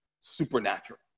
supernatural